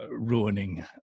ruining